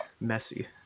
messy